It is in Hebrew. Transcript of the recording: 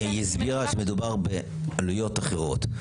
היא הסבירה שמדובר בעלויות אחרות.